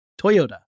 Toyota